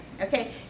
Okay